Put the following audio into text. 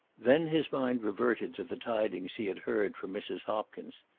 then his mind reverted to the tidings he had heard from mrs. hopkins.